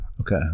Okay